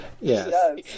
Yes